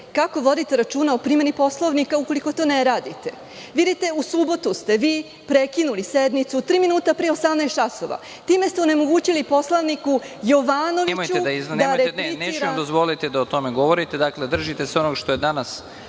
kako vodite računa o primeni Poslovnika, ukoliko to ne radite. Vidite, u subotu ste vi prekinuli sednicu tri minuta pre 18 časova. Time ste onemogućili poslaniku Jovanoviću da replicira…(Predsednik: Nemojte, neću vam dozvoliti da o tome govorite. Držite se onog što je danas.